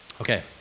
Okay